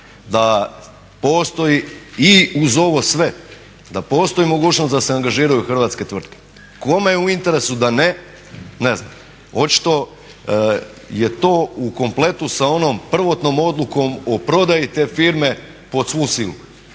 da postoji i uz ovo sve, da postoji mogućnost da se angažiraju hrvatske tvrtke. Kome je u interesu da ne, ne znam. Očito je to u kompletu sa onom prvotnom odukom o prodaji te firme pod svu silu.